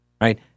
right